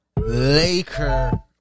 Laker